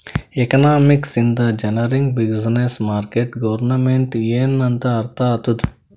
economics ಇಂದ ಜನರಿಗ್ business, market, government ಎನ್ ಅಂತ್ ಅರ್ಥ ಆತ್ತುದ್